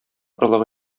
орлыгы